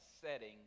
setting